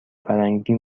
فرنگی